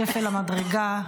שפל המדרגה.